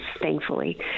thankfully